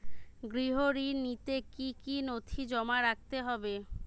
গৃহ ঋণ নিতে কি কি নথি জমা রাখতে হবে?